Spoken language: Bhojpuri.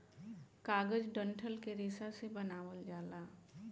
कागज डंठल के रेशा से बनावल जाला